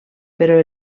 però